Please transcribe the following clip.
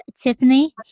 Tiffany